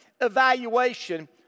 evaluation